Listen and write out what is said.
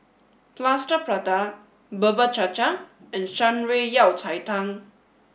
Plaster Prata Bubur Cha Cha and Shan Rui Yao Cai Tang